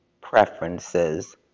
preferences